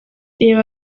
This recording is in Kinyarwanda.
reba